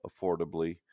affordably